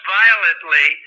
violently